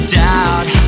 doubt